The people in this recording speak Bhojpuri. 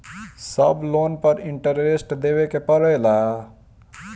सब लोन पर इन्टरेस्ट देवे के पड़ेला?